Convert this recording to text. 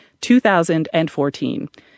2014